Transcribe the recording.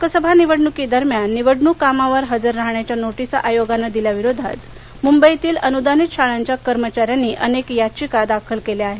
लोकसभा निवडणुकीदरम्यान निवडणुक कामावर हजर राहण्याच्या नोटिसा आयोगानं दिल्याविरोधात मुंबईतील अनुदानित शाळांच्या कर्मचाऱ्यांनी अनेक याचिका दाखल केल्या आहेत